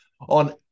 on